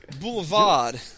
Boulevard